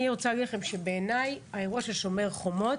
בעיניי, אירוע "שומר החומות",